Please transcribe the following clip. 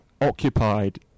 occupied